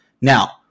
Now